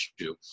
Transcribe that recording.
issue